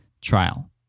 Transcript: trial